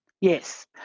Yes